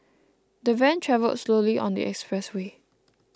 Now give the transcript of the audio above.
the van travelled slowly on the expressway